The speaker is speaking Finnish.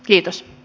kiitos